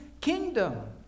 kingdom